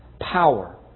Power